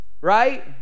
right